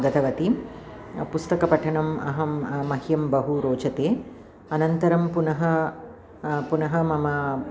गतवती पुस्तकपठनम् अहं मह्यं बहु रोचते अनन्तरं पुनः पुनः मम